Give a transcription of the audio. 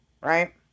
Right